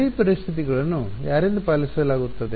ಗಡಿ ಪರಿಸ್ಥಿತಿಗಳನ್ನು ಯಾರಿಂದ ಪಾಲಿಸಲಾಗುತ್ತದೆ